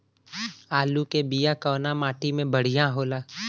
आलू के बिया कवना माटी मे बढ़ियां होला?